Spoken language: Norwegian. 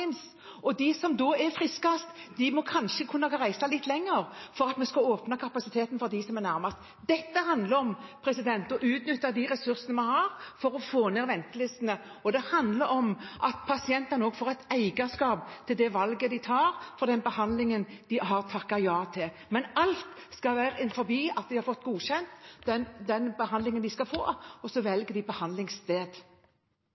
og de som er friskest, må kanskje kunne reise litt lenger for at vi skal åpne kapasiteten for dem som er nærmest. Dette handler om å utnytte de ressursene vi har, for å få ned ventelistene, og det handler om at pasientene får et eierskap til det valget de tar, til den behandlingen de har takket ja til. Men de skal ha fått godkjent den behandlingen de skal få,